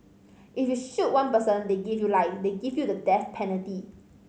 if you shoot one person they give you life they give you the death penalty